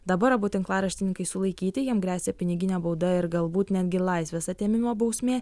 dabar abu tinklaraštininkai sulaikyti jiem gresia piniginė bauda ir galbūt netgi laisvės atėmimo bausmė